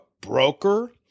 broker